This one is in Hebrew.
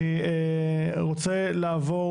אני רוצה לעבור